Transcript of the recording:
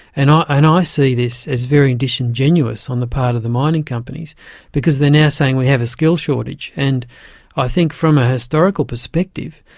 and and i see this as very disingenuous on the part of the mining companies because they're now saying we have a skills shortage, and i think from a historical perspective,